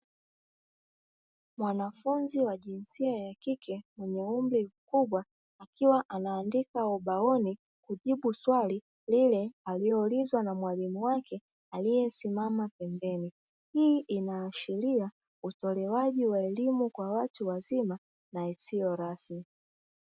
Mwanafunzi wa jinsia ya kike mwenye umri mkubwa akiwa anaandika ubaoni kujibu swali lile aliloulizwa na mwalimu wake aliyesimama pembeni, hii inaashiria utolewaji wa elimu kwa watu wazima na isiyo rasmi.